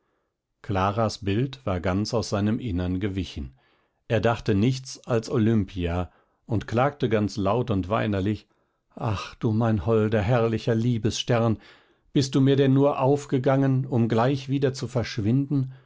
claras bild war ganz aus seinem innern gewichen er dachte nichts als olimpia und klagte ganz laut und weinerlich ach du mein hoher herrlicher liebesstern bist du mir denn nur aufgegangen um gleich wieder zu verschwinden